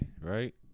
right